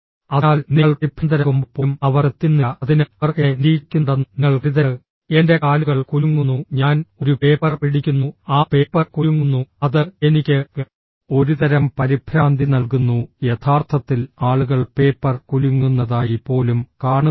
അതിനാൽ നിങ്ങൾ പരിഭ്രാന്തരാകുമ്പോൾ പോലും അവർ ശ്രദ്ധിക്കുന്നില്ല അതിനാൽ അവർ എന്നെ നിരീക്ഷിക്കുന്നുണ്ടെന്ന് നിങ്ങൾ കരുതരുത് എന്റെ കാലുകൾ കുലുങ്ങുന്നു ഞാൻ ഒരു പേപ്പർ പിടിക്കുന്നു ആ പേപ്പർ കുലുങ്ങുന്നു അത് എനിക്ക് ഒരുതരം പരിഭ്രാന്തി നൽകുന്നു യഥാർത്ഥത്തിൽ ആളുകൾ പേപ്പർ കുലുങ്ങുന്നതായി പോലും കാണുന്നില്ല